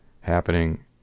happening